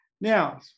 Now